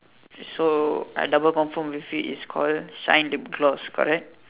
so I double confirm with you its called shine lip gloss correct